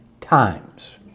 times